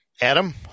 Adam